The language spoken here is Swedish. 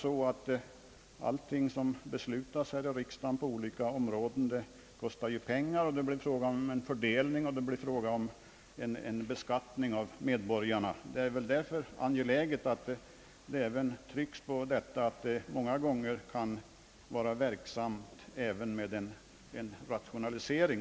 Allting som beslutas här i riksdagen på olika områden kostar pengar. Det blir fråga om en fördelning av tillgångarna mellan olika gagneliga ändamål, och bördorna skall bäras av medborgarna. Det är därför angeläget att framhålla, att det många gånger även på detta område kan vara verksamt med en rationalisering.